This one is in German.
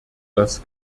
das